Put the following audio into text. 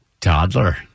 Toddler